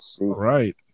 Right